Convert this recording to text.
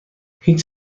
هیچ